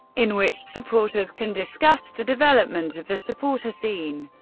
in which supporters can discuss the development of the supporter scene,